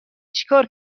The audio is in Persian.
چیکار